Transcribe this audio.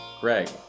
Greg